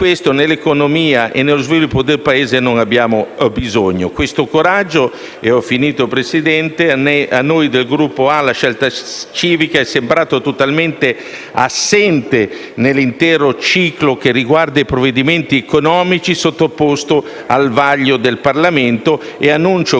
questo nell'economia e nello sviluppo del Paese non abbiamo bisogno. Questo coraggio, a noi del Gruppo Ala-Scelta Civica, è sembrato totalmente assente nell'intero ciclo che riguarda i provvedimenti economici sottoposti al vaglio del Parlamento. Dichiaro,